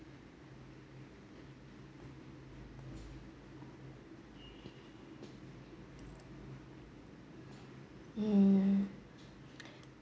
mm